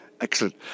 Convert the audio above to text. excellent